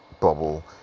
bubble